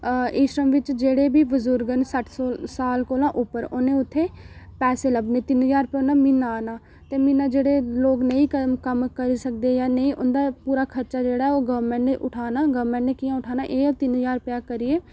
इ श्रम बिच जेह्ड़े बी बुजुर्ग न सट्ठ साल कोला उप्पर उ'नें उत्थै पैसे लब्भने तिन्न ज्हार रपेआ उ'नें ई म्हीने दा औना ते म्हीना जेह्ड़े लोग नेईं कम्म करी सकदे जां नेईं उं'दा पूरा खर्चा जेह्ड़ा गौरमैंट नै उठाना गौरमैंट नै कि'यां उठाना तिन्न ज्हार रपेआ करियै